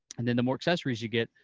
and then the more accessories you get,